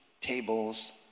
tables